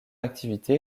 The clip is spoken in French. activité